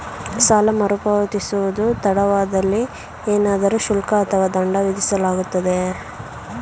ಸಾಲ ಮರುಪಾವತಿಸುವುದು ತಡವಾದಲ್ಲಿ ಏನಾದರೂ ಶುಲ್ಕ ಅಥವಾ ದಂಡ ವಿಧಿಸಲಾಗುವುದೇ?